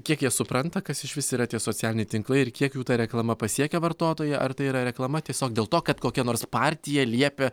kiek jie supranta kas išvis yra tie socialiniai tinklai ir kiek jų ta reklama pasiekia vartotoją ar tai yra reklama tiesiog dėl to kad kokia nors partija liepė